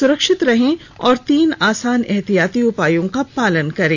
सुरक्षित रहें और तीन आसान उपायों का पालन करें